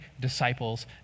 disciples